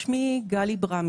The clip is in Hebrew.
שמי גלי ברמי,